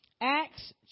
Acts